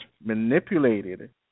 manipulated